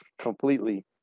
completely